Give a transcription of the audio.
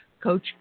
Coach